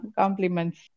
compliments